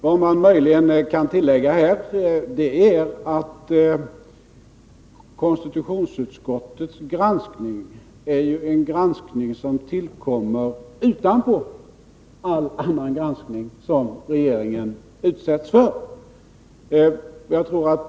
Vad man möjligen kan tillägga är att konstitutionsutskottets granskning är en granskning som tillkommer utanpå all annan granskning som regeringen utsätts för.